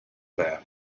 there